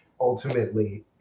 ultimately